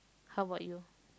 how about you